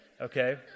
okay